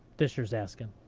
disher's asking.